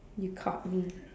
you caught me